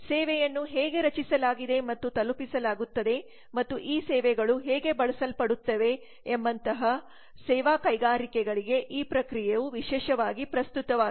ಸೇವೆಯನ್ನು ಹೇಗೆ ರಚಿಸಲಾಗಿದೆ ಮತ್ತು ತಲುಪಿಸಲಾಗುತ್ತದೆ ಮತ್ತು ಈ ಸೇವೆಗಳು ಹೇಗೆ ಬಳಸಲ್ಪಡುತ್ತವೆ ಎಂಬಂತಹ ಸೇವಾ ಕೈಗಾರಿಕೆಗಳಿಗೆ ಈ ಪ್ರಕ್ರಿಯೆಯು ವಿಶೇಷವಾಗಿ ಪ್ರಸ್ತುತವಾಗಿದೆ